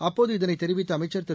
அப்போது இதனைத் தெரிவித்த அமைச்சர் திரு